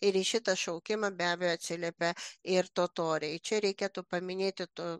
ir į šitą šaukimą be abejo atsiliepė ir totoriai čia reikėtų paminėti tu